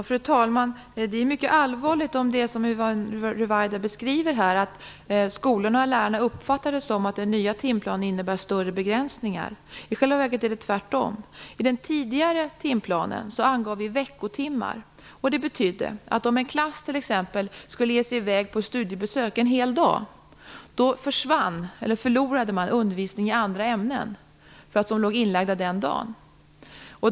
Fru talman! Det är mycket allvarligt om det är så som Yvonne Ruwaida här beskriver, dvs. att skolorna och lärarna har uppfattningen att den nya timplanen innebär större begränsningar. I själva verket är det tvärtom. I den tidigare timplanen angavs veckotimmar. Det betydde att om en klass t.ex. skulle ge sig i väg på studiebesök en hel dag, förlorade man undervisning i andra ämnen som var inlagda den dagen.